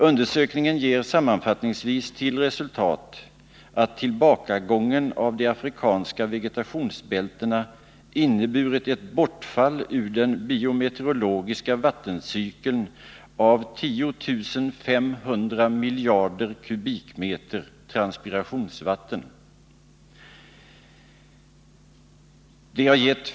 Undersökningen ger sammanfattningsvis till resultat att tillbakagången av de afrikanska vegetationsbältena inneburit ett bortfall ur den biometeorologiska vattencykeln av 10 500 miljarder m? transpirationsvatten.